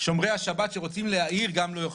יום פלוס ימי חג ולא יותר